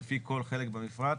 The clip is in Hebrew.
לפי כל חלק במפרט,